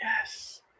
Yes